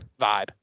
vibe